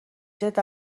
جلد